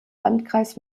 landkreis